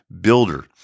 builder